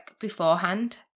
beforehand